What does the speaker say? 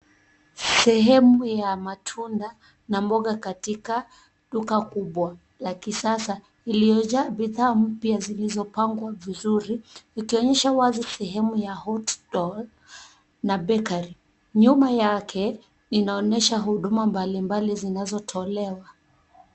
Sehemu ya matunda na mboga katika duka kubwa la kisasa iliyojaa bidhaa mpya zilizopangwa vizuri, ikionyesha wazi sehemu ya hotdog na bakery . Nyuma yake inaonesha huduma mbali mbali zinazotolewa.